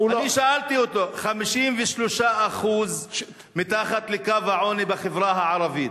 אני שאלתי אותו: 53% מתחת לקו העוני בחברה הערבית,